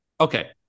Okay